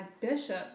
Bishop